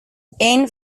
eén